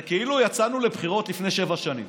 זה כאילו יצאנו לבחירות לפני שבע שנים.